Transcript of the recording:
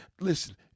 listen